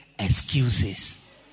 excuses